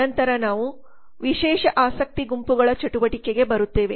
ನಂತರ ನಾವು ವಿಶೇಷ ಆಸಕ್ತಿ ಗುಂಪುಗಳ ಚಟುವಟಿಕೆಗೆ ಬರುತ್ತೇವೆ